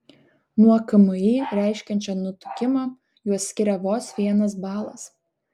nuo kmi reiškiančio nutukimą juos skiria vos vienas balas